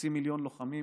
חצי מיליון לוחמים